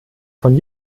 von